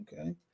Okay